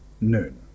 Noon